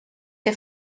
que